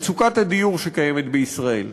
מצוקת הדיור שקיימת בישראל.